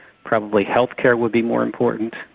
probably health care would be more important,